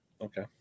Okay